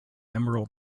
emerald